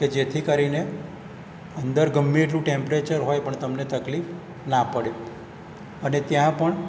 કે જેથી કરીને અંદર ગમે એટલું ટેમ્પરેચર હોય પણ તમને તકલીફ ના પડે અને ત્યાં પણ